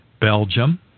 Belgium